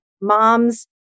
moms